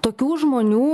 tokių žmonių